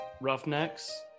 Roughnecks